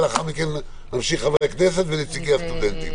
ולאחר מכן נמשיך חברי כנסת ונציגי הסטודנטים.